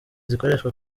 zikoreshwa